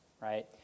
right